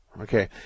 Okay